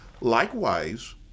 Likewise